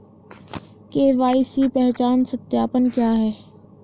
KYC पहचान सत्यापन क्या है?